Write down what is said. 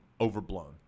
overblown